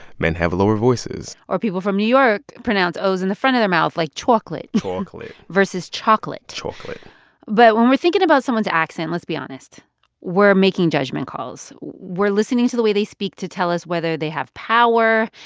men have lower voices or people from new york pronounce o's in the front of their mouth, like chalklate. chalklate. versus chocolate chocolate but when we're thinking about someone's accent, let's be honest we're making judgment calls. we're listening to the way they speak to tell us whether they have power,